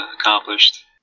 accomplished